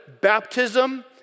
baptism